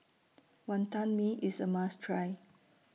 Wantan Mee IS A must Try